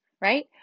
right